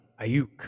Ayuk